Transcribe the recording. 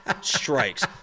strikes